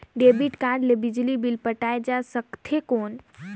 Debit card ले बिजली bill पटाय जा सकथे कौन?